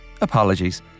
Apologies